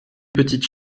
petites